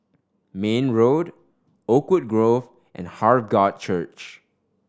Mayne Road Oakwood Grove and Heart God Church